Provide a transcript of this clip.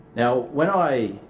now when i